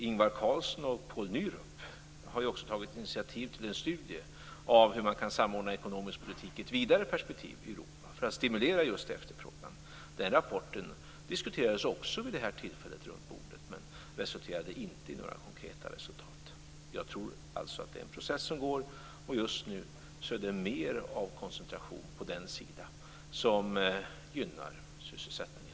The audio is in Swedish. Ingvar Carlsson och Poul Nyrup har också tagit initiativ till en studie av hur man kan samordna ekonomisk politik i ett vidare perspektiv i Europa för att stimulera just efterfrågan. Den rapporten diskuterades också runt bordet vid det här tillfället, men den resulterade inte i några konkreta resultat. Jag tror alltså att det är en process som pågår. Just nu är det mer av koncentration på den sida som gynnar sysselsättningen.